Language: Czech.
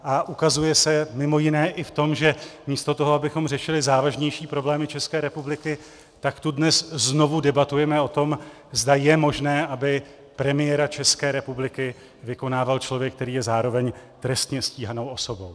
A ukazuje se mimo jiné i v tom, že místo toho, abychom řešili závažnější problémy České republiky, tak tu dnes znovu debatujeme o tom, zda je možné, aby premiéra České republiky vykonával člověk, který je zároveň trestně stíhanou osobou.